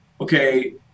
okay